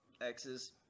X's